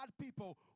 people